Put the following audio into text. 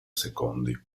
secondi